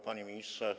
Panie Ministrze!